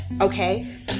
Okay